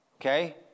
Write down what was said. Okay